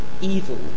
evil